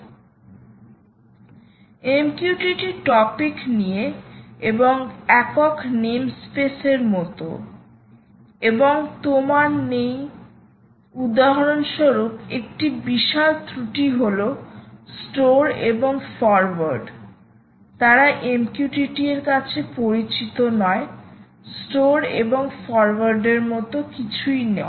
MQTT topic নিয়ে এবং একক নেমস্পেসের মতো এবং তোমার নেই উদাহরণস্বরূপ একটি বিশাল ক্রটি হল স্টোর এবং ফরোয়ার্ড তারা MQTT এর কাছে পরিচিত নয় স্টোর এবং ফরোয়ার্ডের মতো কিছুই নয়